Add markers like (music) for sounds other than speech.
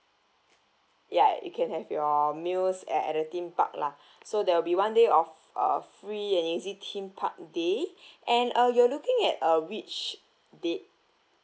ya you can have your meals at at the theme park lah (breath) so there will be one day of uh free and easy theme park day (breath) and uh you're looking at uh which date